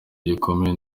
gikomeye